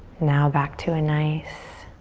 now back to a nice,